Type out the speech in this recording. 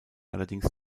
allerdings